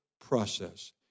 process